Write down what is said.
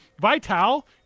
Vital